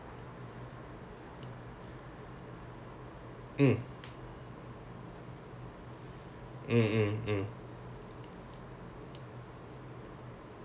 err for me I am a very arts person ya I like to கவிதை எழுதறதுக்கு பிடிக்கும்:kavithai elutharathukku pidikkum I like to act I like to